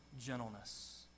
gentleness